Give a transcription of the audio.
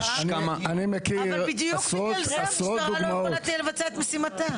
אבל בדיוק בגלל זה המשטרה לא יכולה לבצע את משימתה.